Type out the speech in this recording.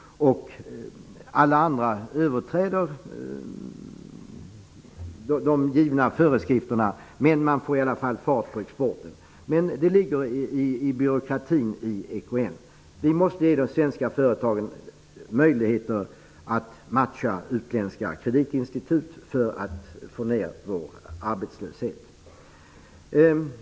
Alla andra överträder de givna föreskrifterna, men de får i alla fall fart på exporten. Vi måste ge de svenska företagen möjligheter att matcha utländska kreditinstitut för att få ner vår arbetslöshet.